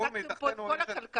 לקחתם פה את כל הכלכלה.